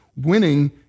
winning